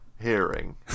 hearing